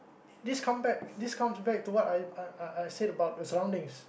this come back this comes back to what I I I said about the surroundings